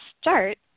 start